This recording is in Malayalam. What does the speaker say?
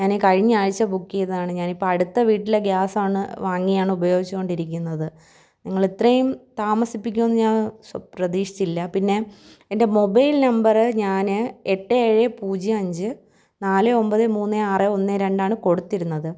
ഞാൻ കഴിഞ്ഞയാഴ്ച്ച ബുക്ക് ചെയ്തതാണ് ഞാനിപ്പോൾ അടുത്ത വീട്ടിലെ ഗ്യാസാണ് വാങ്ങിയാണ് ഉപയോഗിച്ചു കൊണ്ടിരിക്കുന്നത് നിങ്ങൾ ഇത്രയും താമസിപ്പിക്കുമെന്ന് ഞാൻ പ്രതീക്ഷിച്ചില്ല പിന്നെ എൻ്റെ മൊബൈൽ നമ്പറ് ഞാൻ എട്ട് ഏഴ് പൂജ്യം അഞ്ച് നാല് ഒമ്പത് മൂന്ന് ആറ് ഒന്ന് രണ്ടാണ് കൊടുത്തിരുന്നത്